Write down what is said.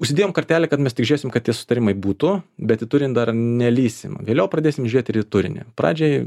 užsidėjom kartelę kad mes tik žiūrėsim kad tie sutarimai būtų bet turinį dar nelįsim vėliau pradėsim žiūrėt ir į turinį pradžiai